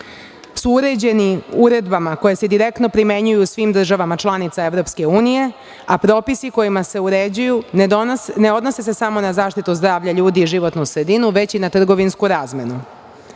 su uređeni uredbama koje se direktno primenjuju u svim državama članicama EU, a propisi kojima se uređuju ne odnose se samo na zaštitu zdravlja ljudi i životnu sredinu, već i na trgovinsku razmenu. Novi